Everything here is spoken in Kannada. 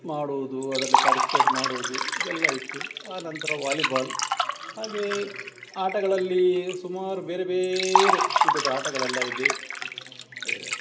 ಮಾಡುವುದು ಅದರಲ್ಲಿ ಪಾರ್ಟಿಸಿಪೇಟ್ ಮಾಡುವುದು ಇದೆಲ್ಲ ಇತ್ತು ಆನಂತರ ವಾಲಿಬಾಲ್ ಹಾಗೆ ಆಟಗಳಲ್ಲಿ ಸುಮಾರು ಬೇರೆ ಬೇರೆ ವಿಧದ ಆಟಗಳೆಲ್ಲ ಇದೆ